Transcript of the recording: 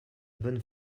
bonne